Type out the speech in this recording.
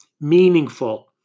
meaningful